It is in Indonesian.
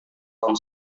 tahun